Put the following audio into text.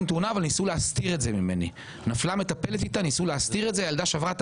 שניסו להסתיר וכתוצאה ממנה הילדה שלי שברה את